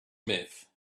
myth